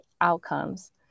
outcomes